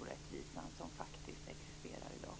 orättvisa som faktiskt existerar i dag?